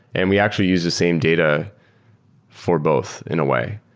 and we actually use the same data for both in a way.